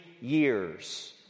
years